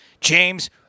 James